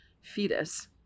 fetus